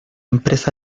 empresa